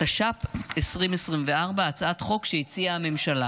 התשפ"ד 2024, לקריאה השנייה